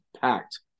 packed